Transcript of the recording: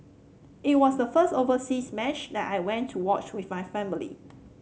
it was the first overseas match that I went to watch with my family